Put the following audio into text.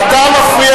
אתם מבקשים,